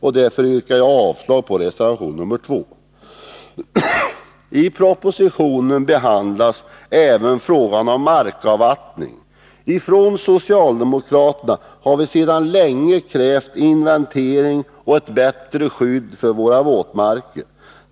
Därför yrkar jag avslag på reservation 2. I propositionen behandlas även frågan om markavvattning. Från socialdemokraterna har vi sedan länge krävt inventering och bättre skydd för våra våtmarker.